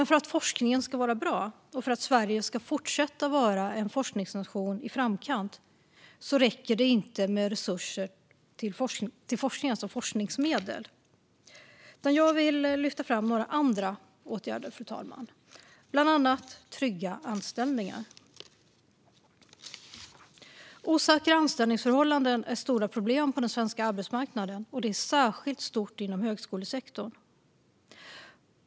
För att forskningen ska vara bra och för att Sverige ska fortsätta vara en forskningsnation i framkant räcker det inte bara med mer forskningsmedel. Jag vill, fru talman, lyfta fram några andra åtgärder, bland annat trygga anställningar. Osäkra anställningsförhållanden är ett stort problem på den svenska arbetsmarknaden, och det är särskilt stort inom högskolesektorn.